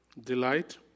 delight